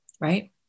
right